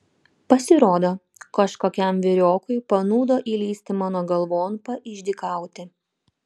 pasirodo kažkokiam vyriokui panūdo įlįsti mano galvon paišdykauti